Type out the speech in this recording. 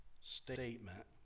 statement